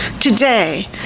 Today